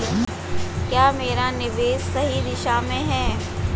क्या मेरा निवेश सही दिशा में है?